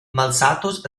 malsatos